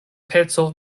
peco